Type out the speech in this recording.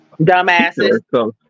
Dumbasses